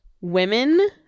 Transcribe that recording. women